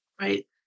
right